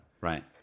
Right